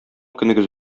көнегез